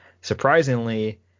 surprisingly